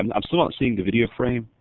i'm still not seeing the video frame.